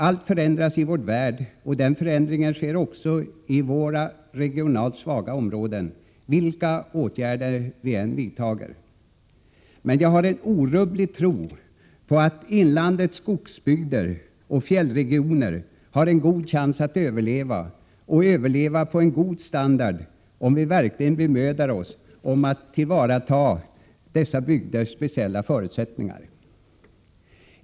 Allt förändras i vår värld, och den förändringen sker också i våra regionalt svaga områden, vilka åtgärder vi än vidtar. Men jag har en orubblig tro på att inlandets skogsbygder och fjällregioner har en god chans att överleva och att överleva på en god standard, om vi verkligen bemödar oss om att tillvarata dessa bygders speciella förutsättningar.